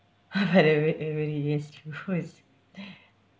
but it it really is true it's